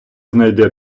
знайде